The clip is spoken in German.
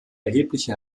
erhebliche